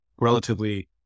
relatively